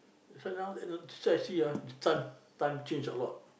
this one now t~ that's why I see ah the time change a lot